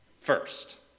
first